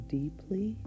deeply